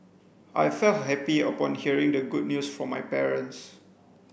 I felt happy upon hearing the good news from my parents